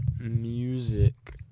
music